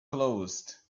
closed